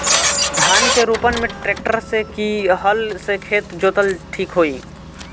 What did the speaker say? धान के रोपन मे ट्रेक्टर से की हल से खेत जोतल ठीक होई?